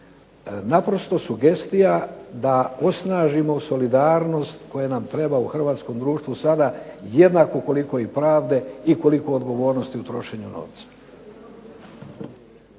Naprosto, sugestija da osnažimo solidarnost koja nam treba u hrvatskom društvu sada jednako koliko i pravde i koliko odgovornosti u trošenju novca.